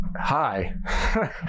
Hi